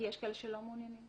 כי יש כאלה שלא מאמינים?